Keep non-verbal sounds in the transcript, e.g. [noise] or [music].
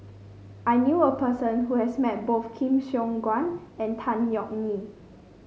I knew a person who has met both [unintelligible] Siong Guan and Tan Yeok Nee